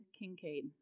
Kincaid